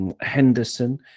Henderson